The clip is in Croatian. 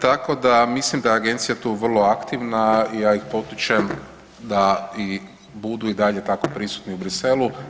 Tako da mislim da je Agencija tu vrlo aktivna i ja ih potičem da i budu i dalje tako prisutni u Bruxellesu.